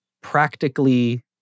practically